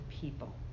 people